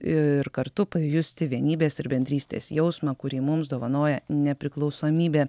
ir kartu pajusti vienybės ir bendrystės jausmą kurį mums dovanoja nepriklausomybė